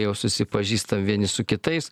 jau susipažįstam vieni su kitais